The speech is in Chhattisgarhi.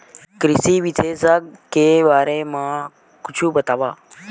कृषि विशेषज्ञ के बारे मा कुछु बतावव?